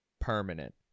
permanent